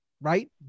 right